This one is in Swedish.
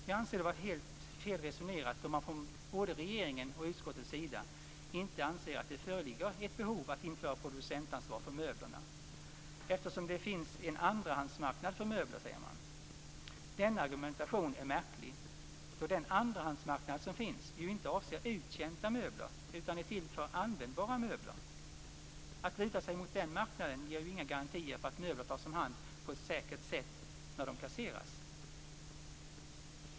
Jag anser det vara fel resonerat då man från både regeringens och utskottets sida inte anser att det föreligger ett behov av att införa producentansvar för möbler eftersom det, som man säger, finns en andrahandsmarknad för möbler. Denna argumentation är märklig, då den andrahandsmarknad som finns inte avser uttjänta möbler utan användbara möbler. Att luta sig mot denna marknad ger inga garantier för att möbler tas om hand på ett säkert sätt när de kasseras.